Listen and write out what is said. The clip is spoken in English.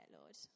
Lord